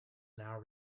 now